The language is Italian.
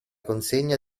consegna